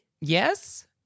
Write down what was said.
Yes